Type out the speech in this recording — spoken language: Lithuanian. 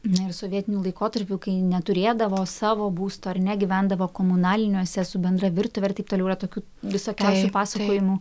na ir sovietiniu laikotarpiu kai neturėdavo savo būsto ar ne gyvendavo komunaliniuose su bendra virtuve ir taip toliau yra tokių visokiausių pasakojimų